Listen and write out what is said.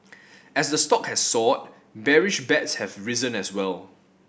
as the stock has soared bearish bets have risen as well